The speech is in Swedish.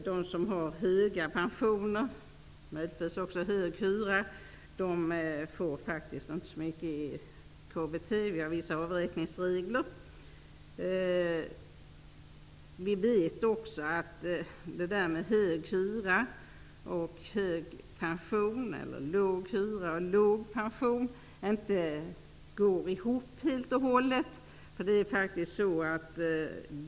De som har höga pensioner och möjligtvis också hög hyra får faktiskt inte så mycket i KBT. Det finns vissa avräkningsregler för detta. Dessutom hänger hög hyra och hög pension eller låg hyra och låg pension inte helt ihop med varandra.